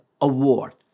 award